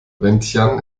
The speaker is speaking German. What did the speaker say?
vientiane